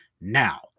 now